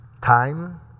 time